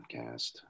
Podcast